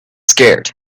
scared